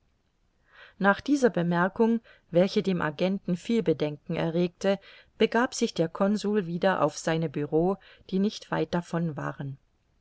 nach dieser bemerkung welche dem agenten viel bedenken erregte begab sich der consul wieder auf seine bureaux die nicht weit davon waren